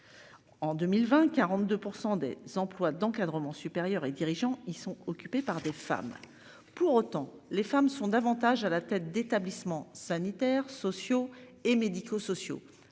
En 2020 42 % des emplois d'encadrement supérieur et dirigeants ils sont occupés par des femmes. Pour autant, les femmes sont davantage à la tête d'établissements sanitaires, sociaux et médico-sociaux,